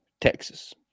Texas